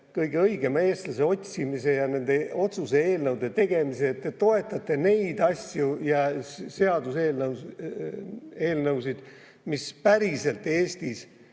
kõige õigema eestlase otsimise ja nende otsuse eelnõude tegemise ning toetate neid asju ja seaduseelnõusid, mis päriselt Eestis